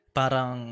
parang